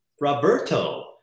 Roberto